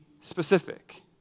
specific